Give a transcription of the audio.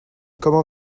comment